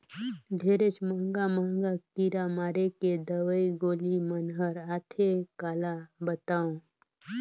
ढेरेच महंगा महंगा कीरा मारे के दवई गोली मन हर आथे काला बतावों